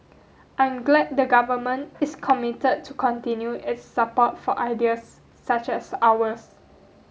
I'm glad the Government is committed to continue its support for ideas such as ours